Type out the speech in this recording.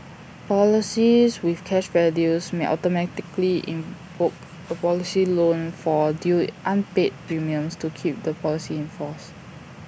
policies with cash value may automatically invoke A policy loan for due unpaid premiums to keep the policy in force